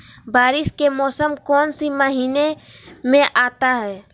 बारिस के मौसम कौन सी महीने में आता है?